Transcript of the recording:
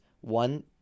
one